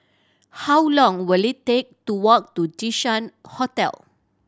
how long will it take to walk to Jinshan Hotel